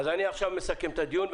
אני מסכם את הדיון.